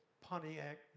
Pontiac